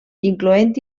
incloent